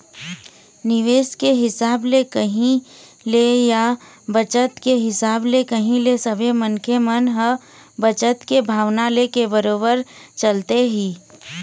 निवेश के हिसाब ले कही ले या बचत के हिसाब ले कही ले सबे मनखे मन ह बचत के भावना लेके बरोबर चलथे ही